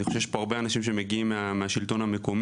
אני חושב שיש פה הרבה אנשים שמגיעים מהשלטון המקומי